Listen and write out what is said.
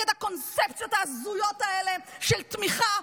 אני יוצאת נגד הקונספציות ההזויות האלה של תמיכה,